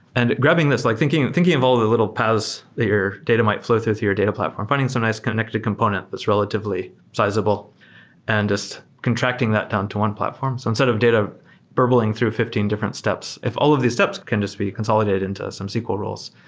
and grabbing this, like thinking thinking of all the little paas that your data might flow through your data platform, finding some nice connected component that's relatively sizeable and is contracting that down to one platform. so instead of data burbling through fifteen different steps, if all of these steps can just be consolidated into some sql roles,